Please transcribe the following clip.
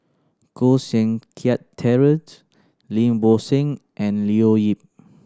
Koh Seng Kiat Terent Lim Bo Seng and Leo Yip